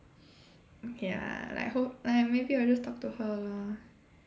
okay lah like hope like maybe I'll just talk to her lah